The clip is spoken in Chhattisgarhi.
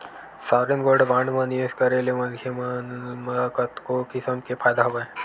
सॉवरेन गोल्ड बांड म निवेस करे ले मनखे मन ल कतको किसम के फायदा हवय